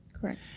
Correct